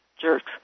jerks